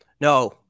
No